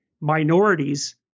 minorities